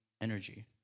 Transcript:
energy